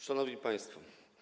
Szanowni Państwo!